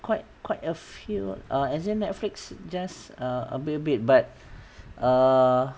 quite quite a few uh as in netflix just uh a bit a bit but uh